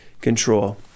control